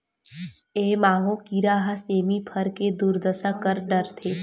ए माहो कीरा ह सेमी फर के दुरदसा कर डरथे